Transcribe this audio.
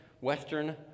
Western